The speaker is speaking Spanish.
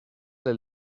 del